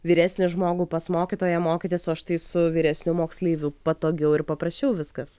vyresnį žmogų pas mokytoją mokytis o štai su vyresniu moksleiviu patogiau ir paprasčiau viskas